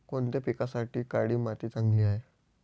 कोणत्या पिकासाठी काळी माती चांगली आहे?